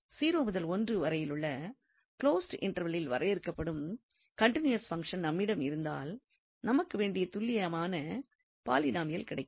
0 முதல் 1 வரையுள்ள க்லோஸ்டு இன்டெர்வலில் வரையறுக்கப்படும் கன்டினியூவஸ் பங்ஷன் நம்மிடத்தில் இருந்தால் நமக்கு வேண்டிய துல்லியமான பாலினாமியல் கிடைக்கும்